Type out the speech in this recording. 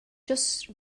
just